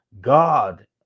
God